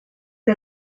que